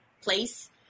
place